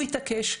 הוא התעקש.